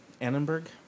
Annenberg